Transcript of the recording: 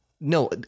No